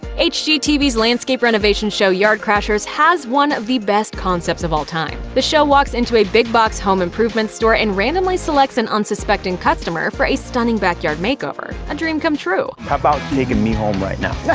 hgtv's landscape renovation show yard crashers has one of the best concepts of all time the host walks into a big box home improvement store and randomly selects an unsuspecting customer for a stunning backyard makeover. a dream come true. how about takin' me home right now?